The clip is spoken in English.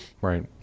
Right